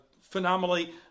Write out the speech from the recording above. phenomenally